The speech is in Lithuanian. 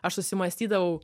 aš susimąstydavau